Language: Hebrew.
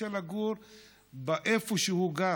רוצה לגור איפה שהוא גר,